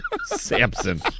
Samson